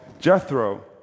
Jethro